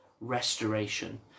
restoration